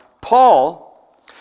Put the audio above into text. Paul